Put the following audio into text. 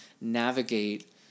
navigate